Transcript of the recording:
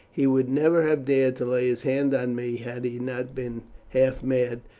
he would never have dared to lay his hand on me had he not been half mad,